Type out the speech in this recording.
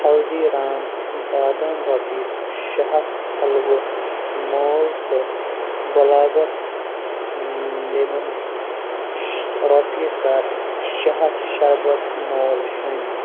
ہلدیٖرام بادام رۅپیہِ شےٚ ہتھ حٔلوٕ مۅل تہٕ گُلابس لیٚمٮ۪ن شی رۅپیہِ کَر شےٚ ہتھ شربت مۅل شٲمِل